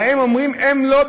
להם אומרים: הם לא,